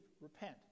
Repent